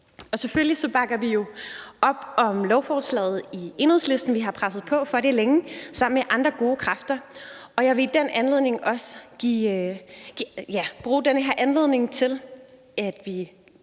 Og selvfølgelig bakker vi jo op om lovforslaget i Enhedslisten – vi har presset på for det længe sammen med andre gode kræfter – og jeg vil også bruge den her anledning til at sige,